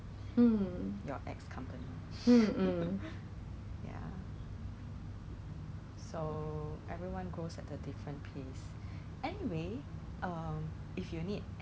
actually hor 现在有很多 mask actually hor you 懂 before 这个 pandemic start hor 我没有错的话 hor actually one box of mask like fifty ah is about I think